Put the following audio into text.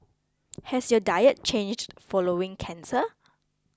has your diet changed following cancer